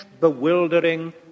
bewildering